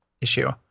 issue